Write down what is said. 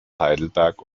heidelberg